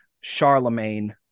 Charlemagne